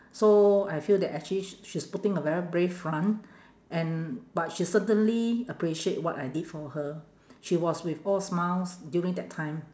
so I feel that actually sh~ she's putting a very brave front and but she's certainly appreciate what I did for her she was with all smiles during that time